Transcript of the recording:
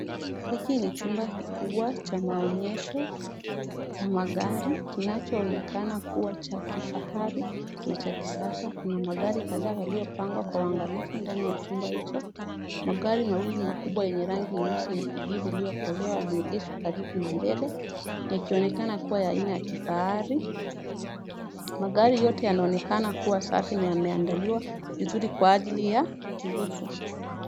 Hiki ni chumba kikubwa cha maonyesho ya magari kinachoonekana kuwa cha kifahari na cha kisasa. Kuna magari kadhaa kwa uangalifu ndani ya chumba hicho. Magari mawili makubwa yenye rangi nyeusi na kijivu iliyokolea yameegeshwa karibu na mbele yakionekana kuwa ya aina ya kifahari. Magari yote yanaonekana kuwa safi na yameandaliwa vizuri kwa ajili ya kuuzwa.